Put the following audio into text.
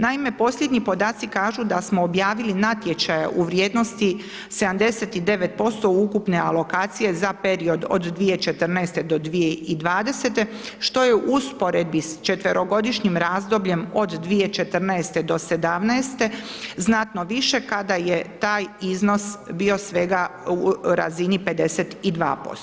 Naime, posljednji podaci kažu da smo objavili natječaje u vrijednosti 79% ukupne alokacije za period od 2014. do 2020. što je u usporedbi sa četverogodišnjim razdobljem od 2014. do 2017. znatno više kada je taj iznos bio svega u razini 52%